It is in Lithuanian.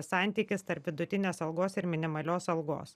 santykis tarp vidutinės algos ir minimalios algos